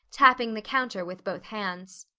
tapping the counter with both hands.